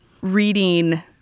reading